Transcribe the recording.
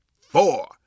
four